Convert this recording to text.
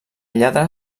lladre